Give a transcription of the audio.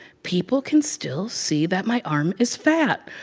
people can still see that my arm is fat.